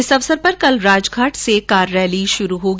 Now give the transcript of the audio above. इस अवसर पर कल राजघाट से कार रैली शुरू होगी